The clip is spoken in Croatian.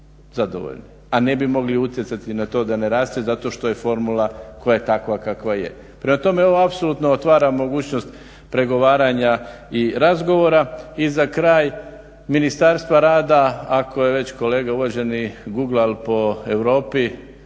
a ne bi mogli utjecati na to da naraste zato što je formula koja je takva kakva je. Prema tome, ovo apsolutno otvara mogućnost pregovaranja i razgovora. I za kraj Ministarstvo rada ako je već kolega uvaženi guglao po Europi